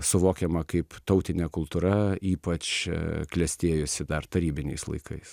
suvokiama kaip tautinė kultūra ypač čia klestėjusi dar tarybiniais laikais